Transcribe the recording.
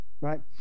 right